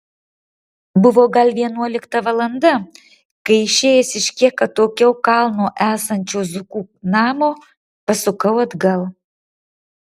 buvo gal vienuolikta valanda kai išėjęs iš kiek atokiau kalno esančio zukų namo pasukau atgal